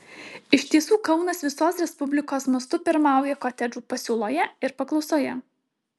iš tiesų kaunas visos respublikos mastu pirmauja kotedžų pasiūloje ir paklausoje